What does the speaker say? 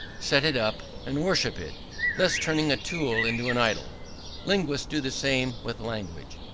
set it up, and worship it thus turning a tool into an idol linguists do the same with language.